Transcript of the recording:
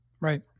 Right